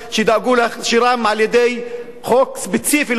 שידאגו להכשירם על-ידי חוק ספציפי למרות